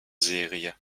serie